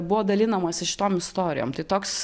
buvo dalinamasi šitom istorijom tai toks